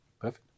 Perfect